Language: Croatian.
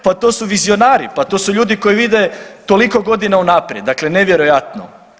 Pa to su vizionari, pa to su ljudi koji vide toliko godina unaprijed, dakle nevjerojatno.